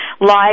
live